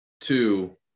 Two